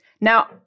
now